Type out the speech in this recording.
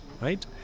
Right